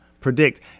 predict